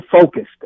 focused